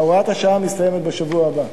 הוראת השעה מסתיימת בשבוע הבא,